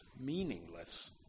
meaningless